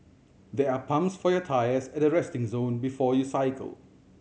there are pumps for your tyres at the resting zone before you cycle